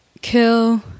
kill